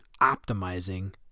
optimizing